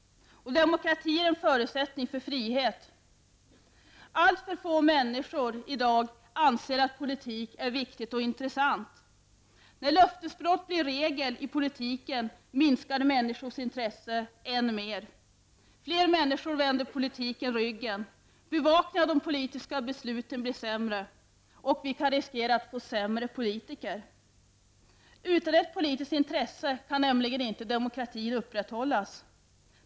Och demokrati är en förutsättning för frihet. Alltför få människor i dag anser att politik är viktig och intressant. När löftesbrott blir regel i politiken minskar människors intresse än mer. Fler människor vänder politiken ryggen. Bevakningen av de politiska besluten blir sämre, och vi kan riskera att få sämre politiker. Utan ett politiskt intresse kan nämligen inte demokratin upprätthållas.